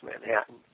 Manhattan